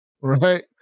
right